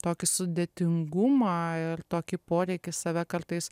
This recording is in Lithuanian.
tokį sudėtingumą ir tokį poreikį save kartais